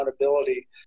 accountability